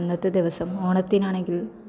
അന്നത്തെ ദിവസം ഓണത്തിനാണെങ്കിൽ